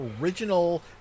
original